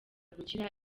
gukira